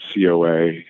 COA